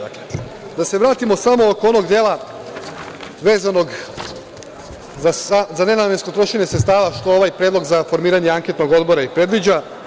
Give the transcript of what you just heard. Da se vratimo samo oko onog dela vezano za nenamensko trošenje sredstava, što ovaj predlog za formiranje anketnog odbora i predviđa.